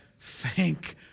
Thank